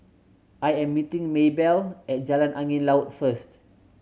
I am meeting Maybelle at Jalan Angin Laut first